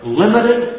limited